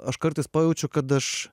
aš kartais pajaučiu kad aš